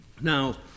Now